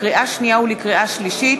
לקריאה שנייה ולקריאה שלישית,